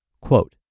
quote